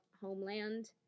homeland